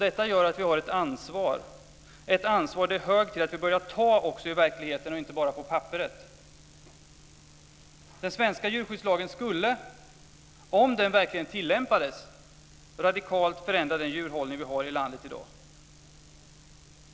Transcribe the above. Detta gör att vi har ett ansvar; ett ansvar det är hög tid att vi börjar ta också i verkligheten och inte bara på papperet. Den svenska djurskyddslagen skulle - om den verkligen tillämpades - radikalt förändra den djurhållning som vi har i landet i dag.